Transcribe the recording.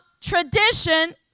tradition